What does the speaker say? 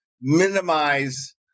minimize